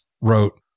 wrote